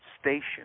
station